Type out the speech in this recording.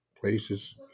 places